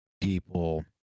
people